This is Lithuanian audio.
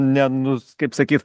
ne nus kaip sakyt